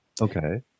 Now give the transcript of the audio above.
Okay